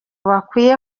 bakwiye